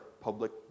public